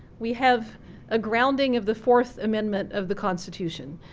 we have a grounding of the fourth amendment of the constitution.